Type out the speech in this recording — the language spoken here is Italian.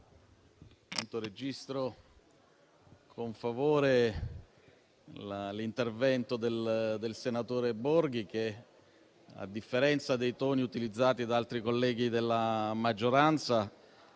registro con favore l'intervento del senatore Borghi Claudio, che, a differenza dei toni utilizzati da altri colleghi della maggioranza,